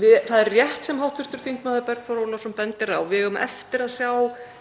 Það er rétt sem hv. þm. Bergþór Ólason bendir á að við eigum eftir að sjá